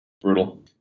brutal